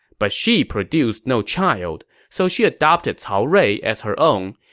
but she produced no child. so she adopted cao rui as her own,